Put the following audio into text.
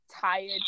tired